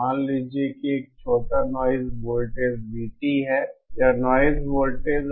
मान लीजिए कि एक छोटा नाइज वोल्टेज V है यह नाइज वोल्टेज है